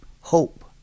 hope